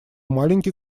маленький